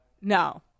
No